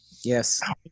Yes